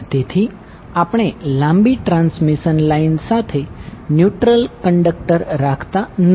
તેથી આપણે લાંબી ટ્રાન્સમિશન લાઇન સાથે ન્યુટ્રલ કંડકટર રાખતા નથી